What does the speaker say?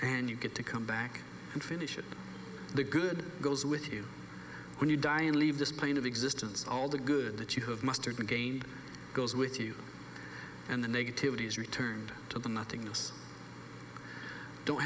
and you get to come back and finish it the good goes with you when you die and leave this plane of existence all the good that you have mustered again goes with you and the negativity is returned to the nothingness don't